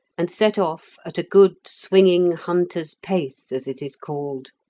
and set off at a good swinging hunter's pace, as it is called,